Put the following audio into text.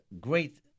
great